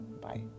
Bye